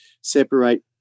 separate